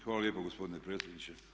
Hvala lijepa gospodine predsjedniče.